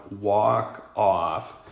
walk-off